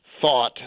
thought